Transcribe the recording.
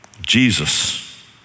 Jesus